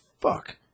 fuck